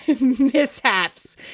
Mishaps